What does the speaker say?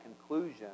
conclusion